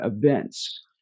events